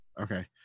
Okay